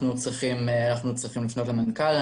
אנחנו צריכים לפנות למנכ"ל.